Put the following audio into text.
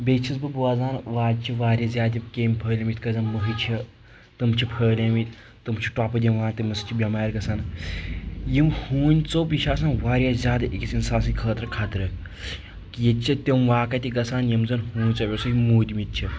بیٚیہِ چھُس بہٕ بوزان وتہِ چھِ واریاہ زیادٕ کیمۍ پھٔہلے مٕتۍ یِتھ کٲٹھۍ زَن مٔہۍ چھِ تٔم چھِ پھٔہلے مٕتۍ تِم چھِ ٹۄپہٕ دِوان تِمو سۭتۍ چھِ بٮ۪مارِ گژھان یِم ہوٗنۍ ژوٚپ یہِ چھ آسان واریاہ زیادٕ أکِس انسان سٕنٛدِ خٲطرٕ خطرٕ کہِ ییٚتہِ چھِ تِم واقع تہِ گژھان یِم زن ہوٗنۍ ژپٮ۪و سۭتی موٗدۍمٕتۍ چھ